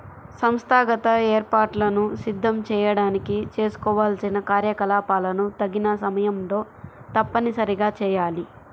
సంస్థాగత ఏర్పాట్లను సిద్ధం చేయడానికి చేసుకోవాల్సిన కార్యకలాపాలను తగిన సమయంలో తప్పనిసరిగా చేయాలి